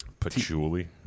Patchouli